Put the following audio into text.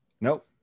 Nope